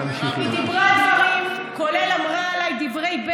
לא הפרעתי לך לשום מילה, גם כשאמרת עליי,